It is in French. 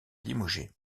limogé